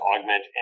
augment